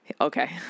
Okay